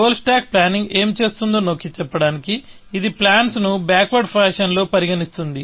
goal stack planning ఏమి చేస్తుందో నొక్కి చెప్పడానికి ఇది ప్లాన్స్ ను బ్యాక్వర్డ్ ఫ్యాషన్ లో పరిగణిస్తుంది